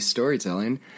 Storytelling